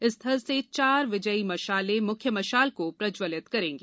इस स्थल से चार विजयी मशालें मुख्य मशाल को प्रज्वलित करेंगी